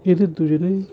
এদের দুজনেই